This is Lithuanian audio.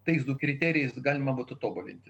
tais du kriterijais galima būtų tobulinti